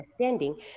understanding